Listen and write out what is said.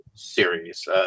Series